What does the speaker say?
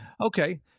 Okay